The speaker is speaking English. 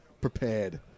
prepared